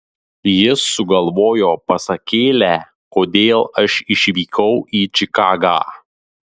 jis sugalvojo pasakėlę kodėl aš išvykau į čikagą